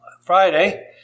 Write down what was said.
Friday